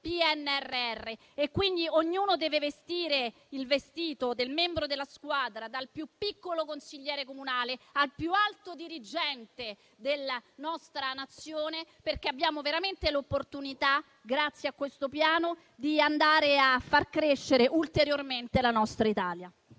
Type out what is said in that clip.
PNRR. Ognuno deve vestire il vestito del membro della squadra, dal più piccolo consigliere comunale al più alto dirigente della nostra Nazione, perché abbiamo veramente l'opportunità, grazie a questo Piano, di far crescere ulteriormente la nostra Italia.